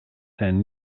zijn